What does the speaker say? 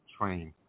Train